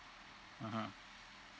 mmhmm